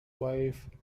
wife